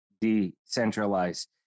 decentralized